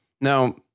Now